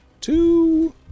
Two